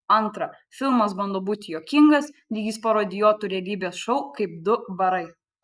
antra filmas bando būti juokingas lyg jis parodijuotų realybės šou kaip du barai